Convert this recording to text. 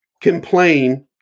complain